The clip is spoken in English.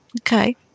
okay